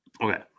Okay